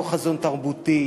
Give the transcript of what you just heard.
לא חזון תרבותי,